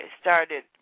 started